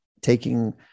taking